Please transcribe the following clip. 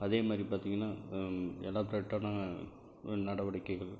அதே மாதிரிப் பார்த்திங்ன்னா எலாபிரேட்டான நடவடிக்கைகள்